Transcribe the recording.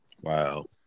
Wow